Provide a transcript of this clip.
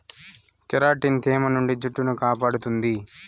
keratin తేమ నుండి జుట్టును కాపాడుతుంది